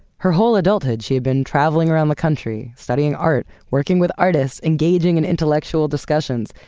her whole adulthood she had been traveling around the country, studying art, working with artists, engaging in intellectual discussions,